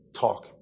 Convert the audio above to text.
talk